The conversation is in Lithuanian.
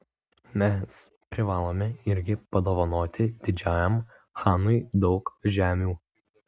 mes privalome irgi padovanoti didžiajam chanui daug žemių